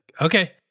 Okay